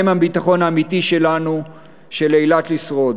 הם הביטחון האמיתי שלנו שאילת תשרוד.